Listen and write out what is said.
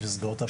לדרוזים למשל?